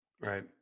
Right